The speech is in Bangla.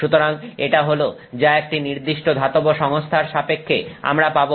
সুতরাং এটা হল যা একটা নির্দিষ্ট ধাতব সংস্থার সাপেক্ষে আমরা পাব